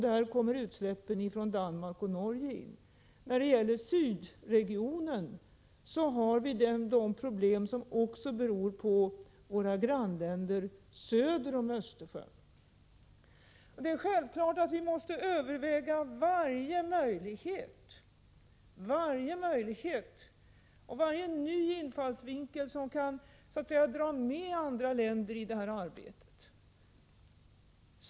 Där kommer utsläppen från Danmark och Norge in. Vi har i sydregionen också de problem som beror på utsläppen från våra grannländer söder om Östersjön. Det är självklart att vi måste överväga varje möjlighet och varje ny infallsvinkel som kan dra med andra länder i detta arbete.